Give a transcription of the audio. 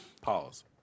Pause